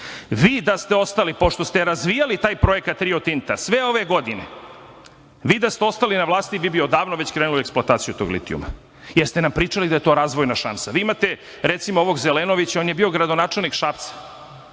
da ste ostali, pošto ste razvijali taj projekat „Rio Tinta“ sve ove godine, vi da ste ostali na vlasti, vi bi odavno već krenuli u eksploataciju tog litijuma, jer ste nam pričali da je to razvojna šansa. Vi imate, recimo, ovog Zelenovića, on je bio gradonačelnik Šapca.